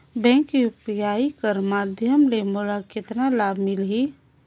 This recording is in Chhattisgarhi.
बैंक यू.पी.आई कर माध्यम ले मोला कतना लाभ मिली?